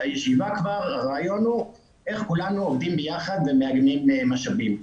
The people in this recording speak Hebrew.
הרעיון הוא איך כולנו עובדים ביחד ומאגמים משאבים.